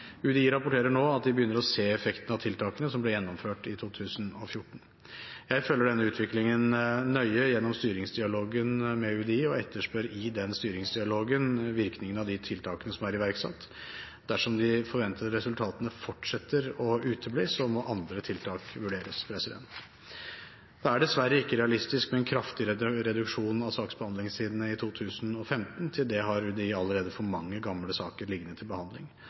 UDI rapporterer nå at de begynner å se effekten av tiltakene som ble gjennomført i 2014. Jeg følger den utviklingen nøye gjennom styringsdialogen med UDI og etterspør i den styringsdialogen virkningen av de tiltakene som er iverksatt. Dersom de forventede resultatene fortsetter å utebli, må andre tiltak vurderes. Det er dessverre ikke realistisk med en kraftig reduksjon av saksbehandlingstidene i 2015. Til det har UDI allerede for mange gamle saker liggende til behandling.